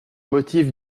motif